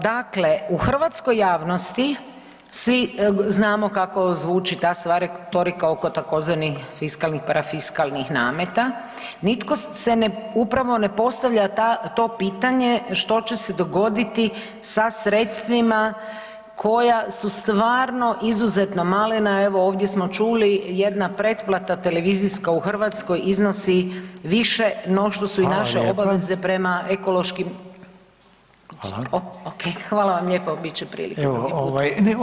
Dakle, u hrvatskoj javnosti svi znamo kako zvuči ta sva retorika oko tzv. fiskalnih, parafiskalnih nameta nitko se upravo ne postavlja to pitanje što će se dogoditi sa sredstvima koja su stvarno izuzetno malena, evo ovdje smo čuli jedna pretplata televizijska u Hrvatskoj iznosi više no što su i naše obaveze prema ekološkim [[Upadica Reiner: Hvala.]] ok, hvala vam lijepo bit će prilike drugi put.